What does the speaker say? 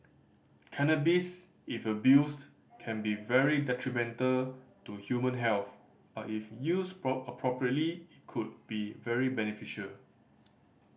cannabis if abused can be very detrimental to human health but if used appropriately it could be very beneficial